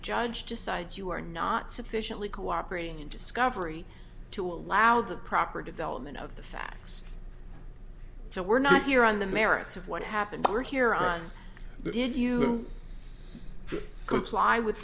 judge decides you are not sufficiently cooperating in discovery to allow the proper development of the facts so we're not here on the merits of what happened here on the did you comply with